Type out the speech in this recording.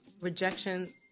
Rejection